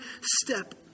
step